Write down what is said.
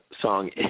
song